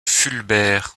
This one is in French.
fulbert